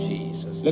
Jesus